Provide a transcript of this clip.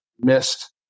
missed